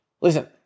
Listen